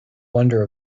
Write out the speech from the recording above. wonder